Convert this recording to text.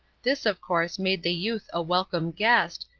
this of course made the youth a welcome guest,